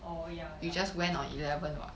oh ya ya